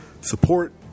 support